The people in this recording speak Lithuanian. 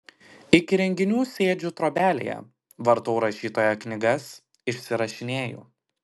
iki renginių sėdžiu trobelėje vartau rašytojo knygas išsirašinėju